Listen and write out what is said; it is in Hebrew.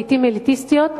לעתים אליטיסטיות,